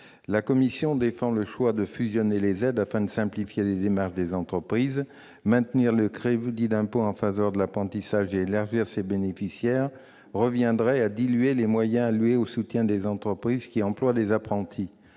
Nous défendons le choix de fusionner les aides afin de simplifier les démarches des entreprises. Maintenir le crédit d'impôt en faveur de l'apprentissage et élargir ses bénéficiaires reviendrait à diluer les moyens alloués au soutien des entreprises qui emploient des apprentis.